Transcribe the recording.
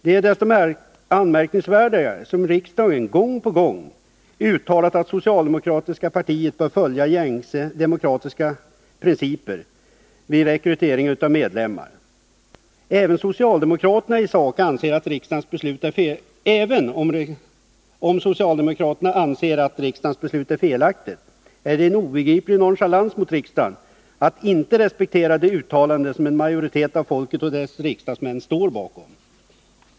Detta är desto mera anmärkningsvärt som riksdagen gång på gång uttalat att socialdemokratiska partiet bör följa gängse demokratiska principer vid rekrytering av medlemmar. Även om socialdemokraterna i sak anser att riksdagens beslut är felaktigt, är det en obegriplig nonchalans mot riksdagen att inte respektera de uttalanden som en majoritet av folket och dess riksdagsmän står bakom.